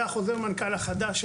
זה חוזר המנכ"ל החדש,